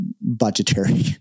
budgetary